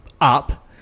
up